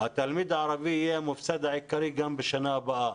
התלמיד הערבי יהיה המפסיד העיקרי גם בשנה הבאה.